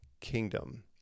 kingdom